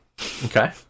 Okay